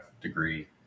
degree